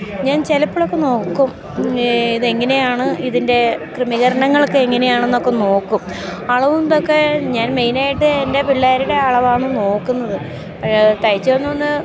ഞാൻ ചിലപ്പോഴൊക്കെ നോക്കും ഇതെങ്ങനെയാണ് ഇതിൻ്റെ ക്രമീകരണങ്ങളൊക്കെ എങ്ങനെയാണെന്നൊക്കെ നോക്കും അളവും ഇതൊക്കെ ഞാൻ മെയിനായിട്ട് എൻ്റെ പിള്ളേരുടെ അളവാണ് നോക്കുന്നത് അപ്പോഴ് തയ്ച്ചു വന്ന ഒന്ന്